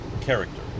character